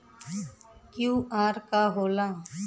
QR का होला?